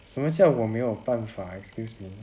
什么叫我没有办法 excuse me